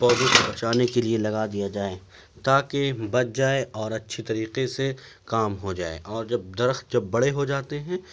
پودوں کو بچانے کے لیے لگا دیا جائے تا كہ بچ جائے اور اچّھی طریقے سے كام ہو جائے اور جب درخت جب بڑے ہو جاتے ہیں